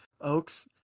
oaks